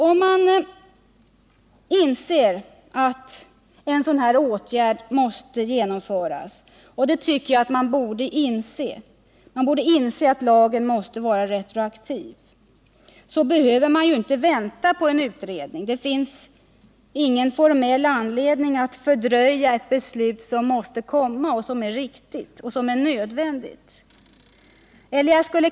Om man inser att en sådan här åtgärd måste genomföras — och jag tycker att man borde inse att lagen måste vara retroaktiv — behöver man inte vänta på en utredning. Det finns ingen formell anledning att fördröja ett beslut, som måste komma och som är riktigt och nödvändigt.